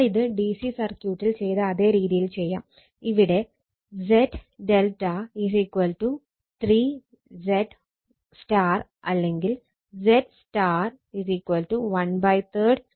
നമ്മൾ ഇത് ഡിസി സർക്യൂട്ടിൽ ചെയ്ത അതേ രീതിയിൽ ചെയ്യാം ഇവിടെ ZΔ 3 ZY അല്ലെങ്കിൽ ZY 13 ZΔ ആണ്